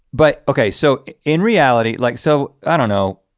but okay, so in reality like so i don't know.